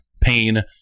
pain